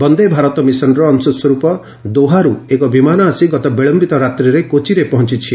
ବନ୍ଦେ ଭାରତ ମିଶନର ଅଂଶ ସ୍ୱରୂପ ଦୋହାରୁ ଏକ ବିମାନ ଆସି ଗତ ବିଳୟିତ ରାତ୍ରିରେ କୋଚିରେ ପହଞ୍ଚୁଛି